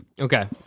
Okay